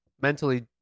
mentally